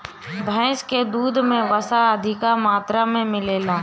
भैस के दूध में वसा अधिका मात्रा में मिलेला